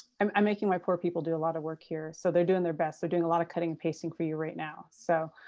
i'm i'm making my poor people do a lot of work here, so they're doing their best. they're so doing a lot of cutting and pasting for you right now so.